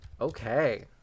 okay